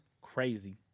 Crazy